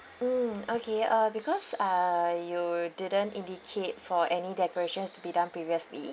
mm okay uh because uh you didn't indicate for any decorations to be done previously